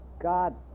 God